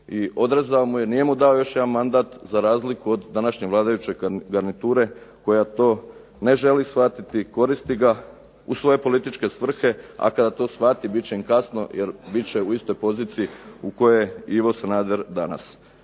I odrezao mu je, nije mu dao još jedan mandat za razliku od današnje vladajuće garniture koja to ne želi shvatiti, koristi ga u svoje političke svrhe, a kada to shvati bit će im kasno jer bit će u istoj poziciji u kojoj je Ivo Sanader danas.